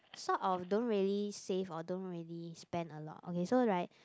so I will don't really save or don't really spend a lot okay so right